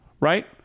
right